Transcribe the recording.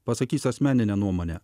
pasakys asmeninę nuomonę